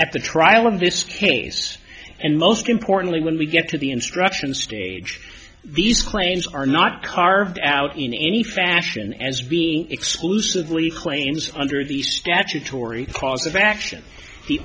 at the trial in this case and most importantly when we get to the instruction stage these claims are not carved out in any fashion as being exclusively claims under the statutory cause of action